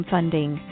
Funding